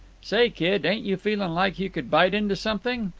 say, kid, ain't you feeling like you could bite into something?